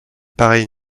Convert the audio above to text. pareille